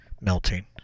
melting